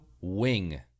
wing